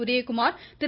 Udhayakumar Thiru